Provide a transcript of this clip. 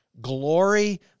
glory